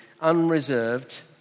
unreserved